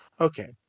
okay